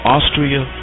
Austria